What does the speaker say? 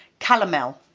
calomel.